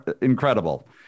incredible